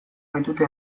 baitute